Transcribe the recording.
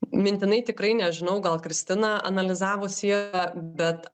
mintinai tikrai nežinau gal kristina analizavusi yra bet